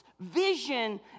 vision